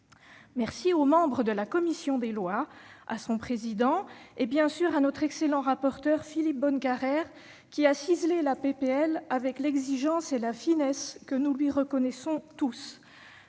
Merci aux membres de la commission des lois, à son président et, bien sûr, à notre excellent rapporteur Philippe Bonnecarrère, qui a ciselé la proposition de loi avec l'exigence et la finesse que nous lui reconnaissons tous.